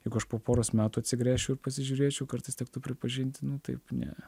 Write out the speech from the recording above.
juk aš po poros metų atsigręšiu ir pasižiūrėčiau kartais tektų pripažint nu taip ne